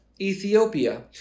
Ethiopia